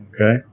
Okay